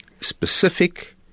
specific